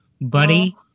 buddy